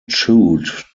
chewed